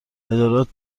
ادارات